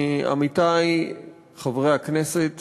עמיתי חברי הכנסת,